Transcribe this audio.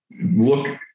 Look